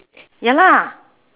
ya lah